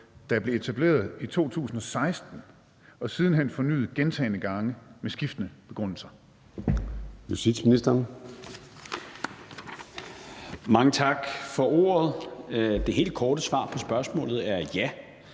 der blev etableret i 2016 og siden hen er fornyet gentagne gange med skiftende begrundelser?